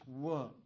work